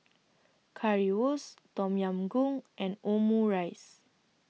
Currywurst Tom Yam Goong and Omurice